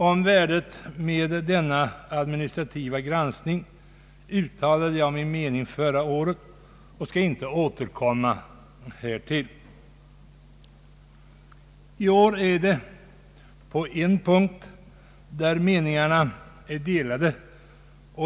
Om värdet av denna administrativa granskning uttalade jag min mening förra året, och jag skall inte återkomma härtill. I år är det på en punkt som meningarna är delade.